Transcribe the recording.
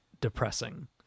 depressing